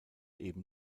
eben